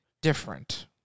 different